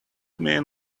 man